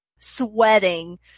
sweating